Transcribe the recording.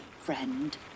friend